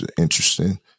interesting